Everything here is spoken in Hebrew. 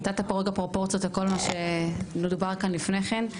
נתת פה רגע פרופורציות לכל מה שדובר כאן לפני כן.